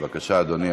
בבקשה, אדוני.